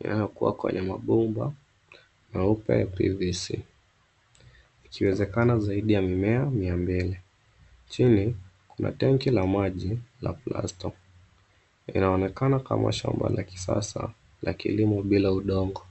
inayokuwa kwenye mabomba, meupe ya PVC. Ikiwezekana zaidi ya mimea, mia mbili. Chini, kuna tanki la maji, la Plasto. Inaonekana kama shamba la kisasa, la kilimo bila udongo.